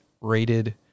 rated